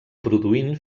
produint